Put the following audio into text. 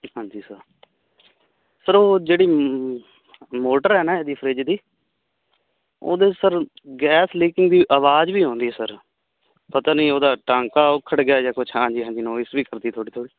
ਹਾਂਜੀ ਸਰ ਉਹ ਜਿਹੜੀ ਮੋਟਰ ਐ ਨਾ ਇਹਦੀ ਫਰਿਜ ਦੀ ਉਹਦੇ ਸਰ ਗੈਸ ਲੀਕਿੰਗ ਦੀ ਆਵਾਜ਼ ਵੀ ਆਉਂਦੀ ਸਰ ਪਤਾ ਨਹੀਂ ਉਹਦਾ ਟਾਂਕਾ ਉਖੜ ਗਿਆ ਜਾਂ ਕੁਝ ਹਾਂਜੀ ਹਾਂਜੀ ਨੋਆਈਸ ਵੀ ਕਰਦੀ ਥੋੜੀ ਥੋੜੀ